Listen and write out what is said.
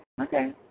okay